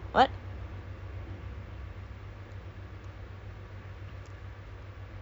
that one that one I don't know sia I don't know I don't actually know how it works kalau your partner is a non-muslim